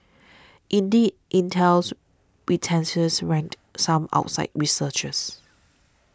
indeed Intel's reticence rankled some outside researchers